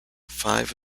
five